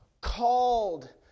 called